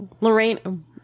Lorraine